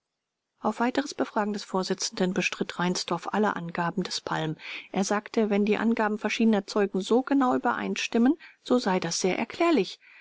auf weiteres befragen des vorsitzenden bestritt reinsdorf alle angaben des palm er sagte wenn die angaben verschiedener zeugen so genau übereinstimmen so sei das sehr erklärlich